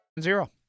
Zero